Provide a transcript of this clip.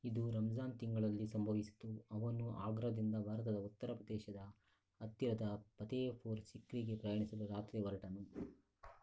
ಇದು ರಂಝಾನ್ ತಿಂಗಳಲ್ಲಿ ಸಂಭವಿಸಿತು ಅವನು ಆಗ್ರದಿಂದ ಭಾರತದ ಉತ್ತರ ಪ್ರದೇಶದ ಹತ್ತಿರದ ಫತೇಫುರ್ ಸಿಕ್ರಿಗೆ ಪ್ರಯಾಣಿಸಲು ರಾತ್ರಿ ಹೊರಟನು